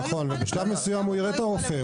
בשלב מסוים הוא יראה את הרופא,